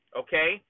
okay